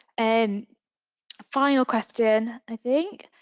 and final question, i think.